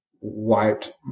wiped